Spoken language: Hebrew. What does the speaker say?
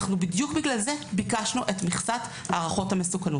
אנחנו בדיוק בגלל זה ביקשנו את מכסת הערכות המסוכנות.